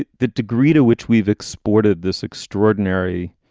the the degree to which we've exported this extraordinary.